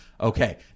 Okay